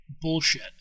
bullshit